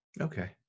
Okay